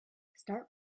start